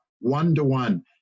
one-to-one